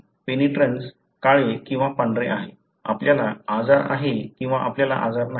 penetrance काळे किंवा पांढरे आहे आपल्याला आजार आहे किंवा आपल्याला आजार नाही